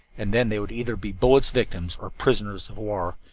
and then they would either be bullets' victims or prisoners of war.